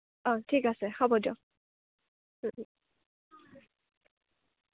অঁ ঠিক আছে হ'ব দিয়ক